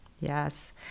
Yes